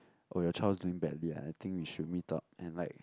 oh your child is doing badly I think we should meet up and like